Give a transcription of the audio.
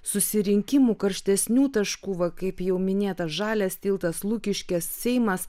susirinkimų karštesnių taškų va kaip jau minėta žalias tiltas lukiškės seimas